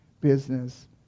business